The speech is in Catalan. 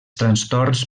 trastorns